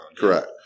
Correct